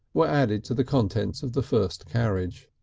were added to the contents of the first carriage.